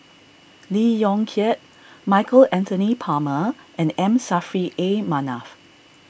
Lee Yong Kiat Michael Anthony Palmer and M Saffri A Manaf